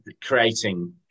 creating